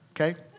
okay